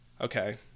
Okay